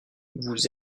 vous